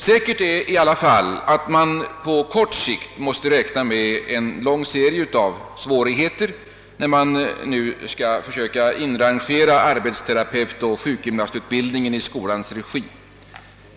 Säkert är att man på kort sikt måste räkna med en lång serie av Ssvårigheter, när man nu skall försöka inrangera arbetsterapeutoch sjukgymnastutbildningen i yrkesskolans regi.